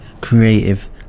creative